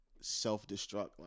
self-destruct